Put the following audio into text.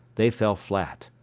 they fell flat.